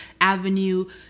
avenue